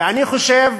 ואני חושב